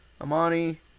Amani